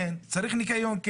כן צריך ניקיון,